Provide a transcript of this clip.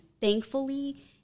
thankfully